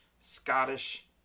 scottish